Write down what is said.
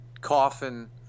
coffin